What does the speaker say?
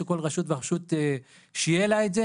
שלכל רשות ורשות יהיה את זה.